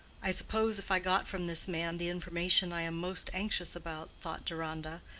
i suppose if i got from this man the information i am most anxious about, thought deronda,